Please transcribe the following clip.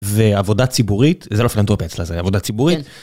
ועבודה ציבורית, זה לא פילנטרופיה אצלה, זה עבודה ציבורית.